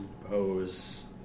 pose